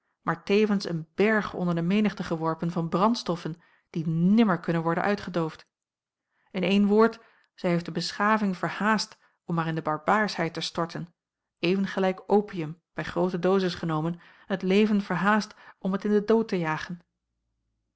maar tevens een berg onder de menigte geworpen van brandstoffen die nimmer kunnen worden uitgedoofd in één woord zij heeft de beschaving verhaast om haar in de barbaarsheid te storten even gelijk opium bij groote doses genomen het leven verhaast om het in den dood te jagen